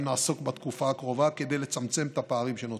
נעסוק בתקופה הקרובה כדי לצמצם את הפערים שנוצרו: